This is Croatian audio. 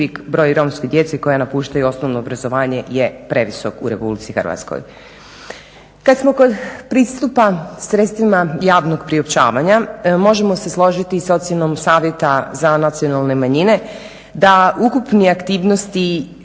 Kad smo kod pristupa sredstvima javnog priopćavanja, možemo se složiti s ocjenom savjeta za nacionalne manjine da ukupne aktivnosti